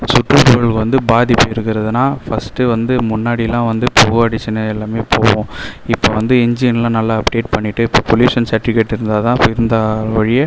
சுற்றுச்சூழல் வந்து பாதிப்பிருக்கறதுன்னா ஃபர்ஸ்ட்டு வந்து முன்னாடிலாம் வந்து கோஆர்டிஷன் எல்லாமே போவோம் இப்பொ வந்து இன்ஜின்லாம் நல்லா அப்டேட் பண்ணிவிட்டு இப்போ பொலியூஷன் செட்டிஃபிகேட் இருந்தாதான் இருந்தா வொழிய